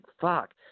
fuck